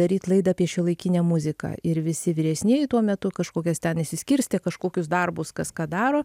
daryt laidą apie šiuolaikinę muziką ir visi vyresnieji tuo metu kažkokias ten išsiskirstė kažkokius darbus kas ką daro